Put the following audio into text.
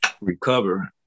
recover